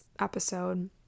episode